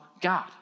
God